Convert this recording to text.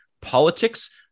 politics